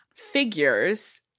Figures